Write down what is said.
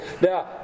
Now